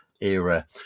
era